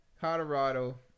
Colorado